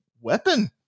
weapon